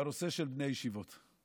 בנושא של בני הישיבות.